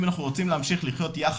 אם אנחנו רוצים להמשיך לחיות יחד,